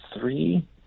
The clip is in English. three